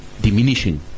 diminishing